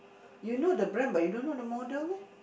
you know the brand but you don't know the model meh